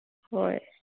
ꯍꯣꯏ